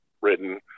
written